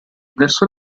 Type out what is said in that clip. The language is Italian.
verso